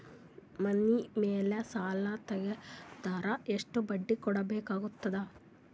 ಮನಿ ಮೇಲ್ ಸಾಲ ತೆಗೆದರ ಎಷ್ಟ ಬಡ್ಡಿ ಕಟ್ಟಬೇಕಾಗತದ?